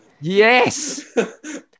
Yes